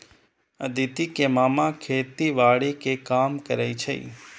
अदिति के मामा खेतीबाड़ी के काम करै छै